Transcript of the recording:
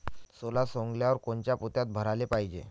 सोला सवंगल्यावर कोनच्या पोत्यात भराले पायजे?